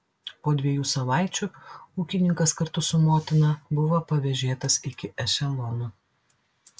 po dviejų savaičių ūkininkas kartu su motina buvo pavėžėtas iki ešelono